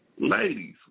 Ladies